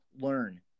learn